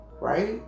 right